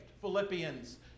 Philippians